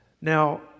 Now